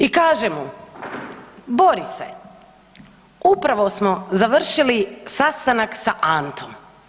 I kaže mu, Borise, upravo smo završili sastanak sa Antom.